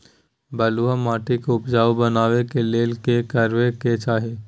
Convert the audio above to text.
बालुहा माटी के उपजाउ बनाबै के लेल की करबा के चाही?